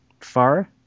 far